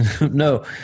No